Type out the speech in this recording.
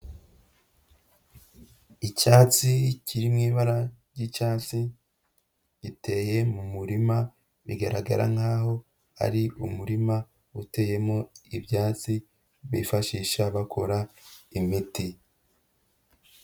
Icyatsi kiri mu ibara ry'icyatsi, giteye mu murima, bigaragara nkaho ari umurima uteyemo ibyatsi bifashisha bakora imiti.